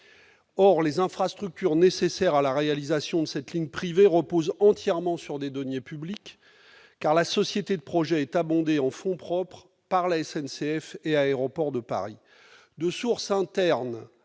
pas. Les infrastructures nécessaires à la réalisation de cette ligne privée reposent entièrement sur des deniers publics, car la société de projet est abondée en fonds propres par la SNCF et Aéroports de Paris. De source interne